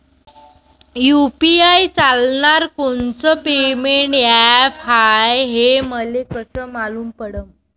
UPI चालणारं कोनचं payment app हाय, हे मले कस मालूम पडन?